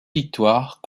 victoires